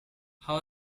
how